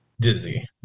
Dizzy